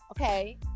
Okay